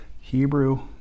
Hebrew